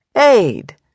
Aid